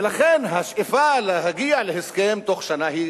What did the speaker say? ולכן השאיפה להגיע להסכם תוך שנה היא